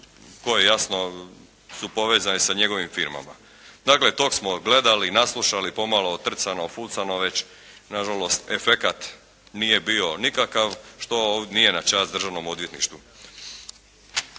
koje jasno su povezani sa njegovim firmama. Dakle, tog smo gledali, naslušali pomalo otrcano, ofucano već. Na žalost efekat nije bio nikakav, što nije na čast državnom odvjetništvu.